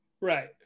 right